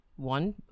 One